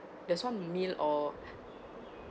there's one meal or